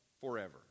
forever